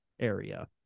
area